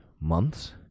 months